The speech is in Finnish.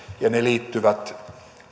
ja ne liittyvät